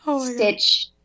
Stitch